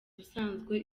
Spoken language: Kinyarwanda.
ubusanzwe